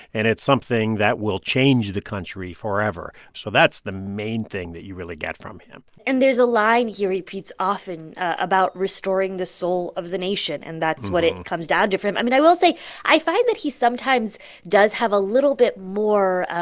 and it's something that will change the country forever. so that's the main thing that you really get from him and there's a line he repeats often about restoring the soul of the nation. and that's what it and comes down to for him. i mean, i will say i find that he sometimes does have a little bit more